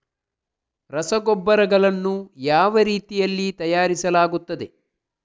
ರಸಗೊಬ್ಬರಗಳನ್ನು ಯಾವ ರೀತಿಯಲ್ಲಿ ತಯಾರಿಸಲಾಗುತ್ತದೆ?